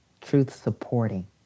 truth-supporting